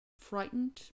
Frightened